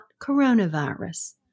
coronavirus